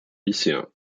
lycéens